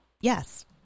yes